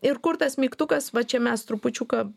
ir kur tas mygtukas va čia mes trupučiuką